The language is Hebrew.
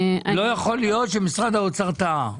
לא יכול להיות שמשרד האוצר טעה.